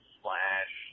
slash